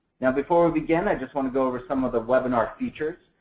now, before we begin, i just want to go over some of the webinar features.